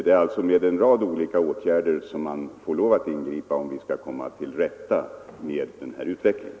Det är alltså med flera åtgärder man får lov att ingripa, om man skall komma till rätta med den här utvecklingen.